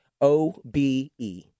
O-B-E